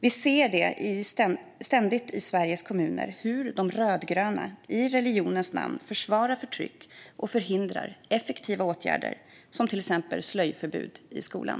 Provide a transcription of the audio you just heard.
Vi ser ständigt i Sveriges kommuner hur de rödgröna i religionens namn försvarar förtyck och förhindrar effektiva åtgärder som till exempel slöjförbud i skolan.